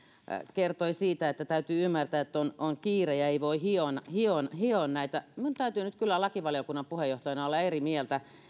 kertoi siitä että täytyy ymmärtää että on on kiire ja ei voi hioa hioa näitä minun täytyy nyt kyllä lakivaliokunnan puheenjohtajana olla eri mieltä